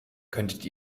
könntet